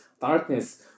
darkness